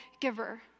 giver